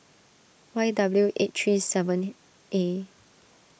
Y W H eight three seven A